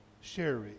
Sherry